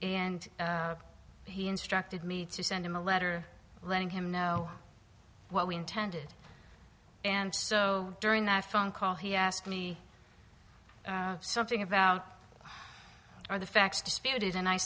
and he instructed me to send him a letter letting him know what we intended and so during that phone call he asked me something about are the facts disputed and i